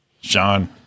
Sean